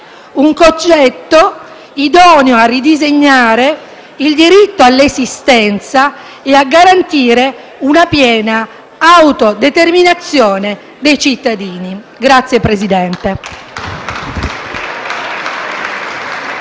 un concetto idoneo a ridisegnare il diritto all'esistenza e a garantire una piena autodeterminazione dei cittadini. *(Applausi